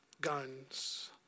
guns